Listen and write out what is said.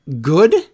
good